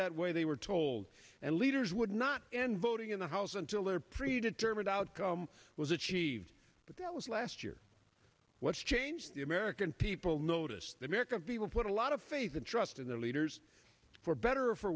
that way they were told and leaders would not end voting in the house until their pre determined outcome was achieved but that was last year what's changed the american people noticed the american people put a lot of faith and trust in their leaders for better or for